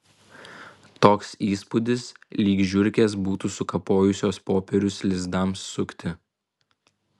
toks įspūdis lyg žiurkės būtų sukapojusios popierius lizdams sukti